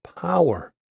power